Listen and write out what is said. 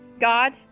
God